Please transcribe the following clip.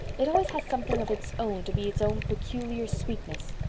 it always has something of its own to be its own peculiar sweetness.